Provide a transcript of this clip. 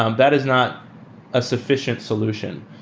um that is not a sufficient solution.